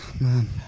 man